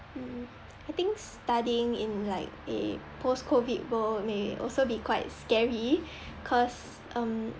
mm I think studying in like a post COVID world may also be quite scary cause um